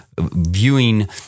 viewing